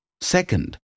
Second